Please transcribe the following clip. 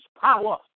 power